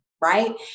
right